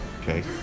okay